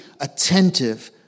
attentive